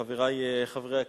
אני מודה לך, חברי חברי הכנסת,